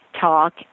talk